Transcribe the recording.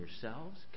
yourselves